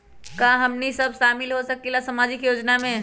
का हमनी साब शामिल होसकीला सामाजिक योजना मे?